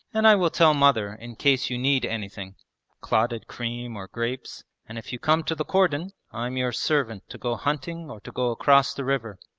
and i will tell mother in case you need anything clotted cream or grapes and if you come to the cordon i'm your servant to go hunting or to go across the river,